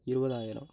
இருபதாயிரம்